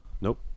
nope